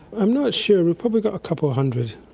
i'm not sure. we've probably got a couple of hundred.